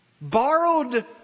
Borrowed